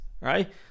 right